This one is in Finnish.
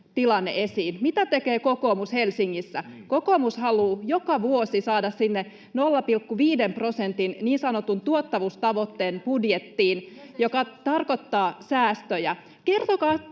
tilanne esiin. Mitä tekee kokoomus Helsingissä? Kokoomus haluaa joka vuosi saada budjettiin 0,5 prosentin niin sanotun tuottavuustavoitteen, [Maria Guzenina: